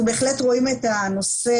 אנחנו בהחלט רואים את הנושא,